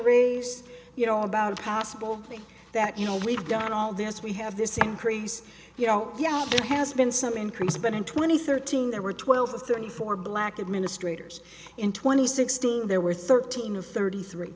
raise you know about a possible that you know we've done all this we have this increase you know it has been some increase but in twenty thirteen there were twelve thirty four black administrators in twenty six there were thirteen of thirty three